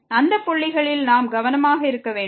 எனவே அந்த புள்ளிகளில் நாம் கவனமாக இருக்க வேண்டும்